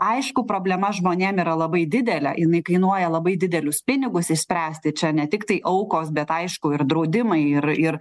aišku problema žmonėm yra labai didelė jinai kainuoja labai didelius pinigus išspręsti čia ne tiktai aukos bet aišku ir draudimai ir ir